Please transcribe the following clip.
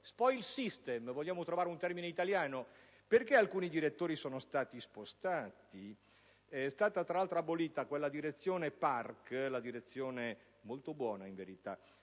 forse si potrebbe trovare un termine italiano. Perché alcuni direttori sono stati spostati? È stata tra l'altro abolita la direzione PARC, molto buona in verità